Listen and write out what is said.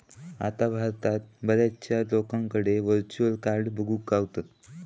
आता भारतात बऱ्याचशा लोकांकडे व्हर्चुअल कार्ड बघुक गावतत